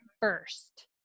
first